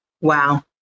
Wow